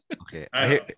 Okay